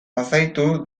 bazaitu